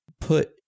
put